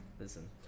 listen